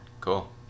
Cool